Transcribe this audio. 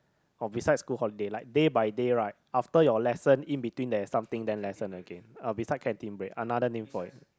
oh beside school holiday like day by day right after your lesson in between there's something then lesson again uh beside canteen break another name for it